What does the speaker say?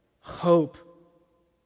hope